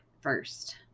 first